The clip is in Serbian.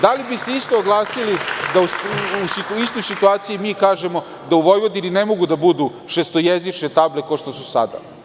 Da li bi se isto oglasili da u istoj situaciji mi kažemo da u Vojvodini ne mogu da budu šestojezične table kao što su sada?